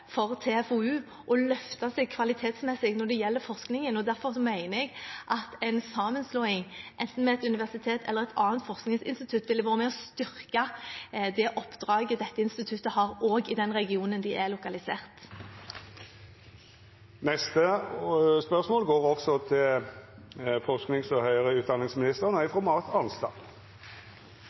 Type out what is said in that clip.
for TFoU til å løfte seg kvalitetsmessig når det gjelder forskningen. Derfor mener jeg at en sammenslåing, enten med et universitet eller med et annet forskningsinstitutt, ville vært med på å styrke det oppdraget dette instituttet har, også i den regionen der de er lokalisert. Jeg vil gjerne få lov til å stille følgende spørsmål til forsknings- og høyere utdanningsministeren: